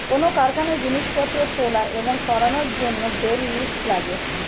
কোন কারখানায় জিনিসপত্র তোলা এবং সরানোর জন্যে বেল লিফ্টার লাগে